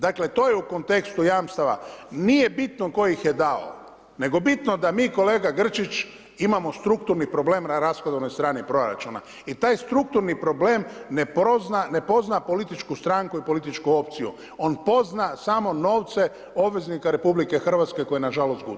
Dakle, to je u kontekstu jamstava, nije bitno tko ih je dao, nego bitno da mi kolega Grčić imamo strukturni problem na rashodovnoj strani proračuna, i taj strukturni problem, ne pozna političku stranku, i političku opciju, on pozna samo novce obveznika Republike Hrvatske, koje na žalost guta.